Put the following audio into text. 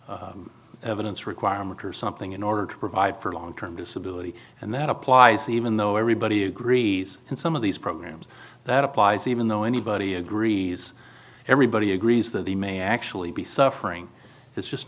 objective evidence requirement or something in order to provide for long term disability and that applies even though everybody agrees in some of these programs that applies even though anybody agrees everybody agrees that they may actually be suffering it's just